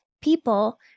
people